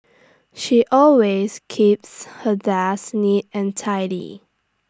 she always keeps her desk neat and tidy